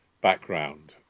background